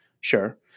sure